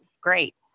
great